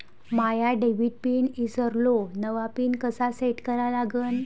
माया debit pin ईसरलो, नवा pin कसा सेट करा लागन?